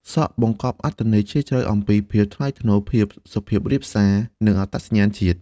សក់បង្កប់អត្ថន័យជ្រាលជ្រៅអំពីភាពថ្លៃថ្នូរ ភាពសុភាពរាបសារ និងអត្តសញ្ញាណជាតិ។